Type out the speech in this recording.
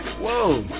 whoa.